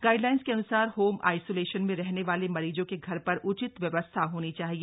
guidelines के अन्सार home isolation में रहने वाले मरीजों के घर पर उचित व्यवस्था होनी चाहिए